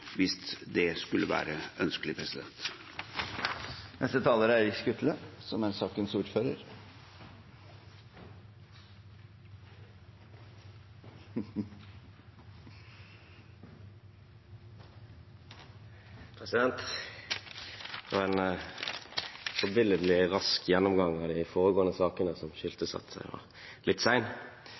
hvis det skulle være ønskelig. Det var en forbilledlig rask gjennomgang av de foregående sakene som gjorde at jeg var litt